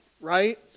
right